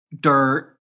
dirt